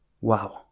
Wow